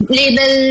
label